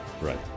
right